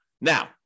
Now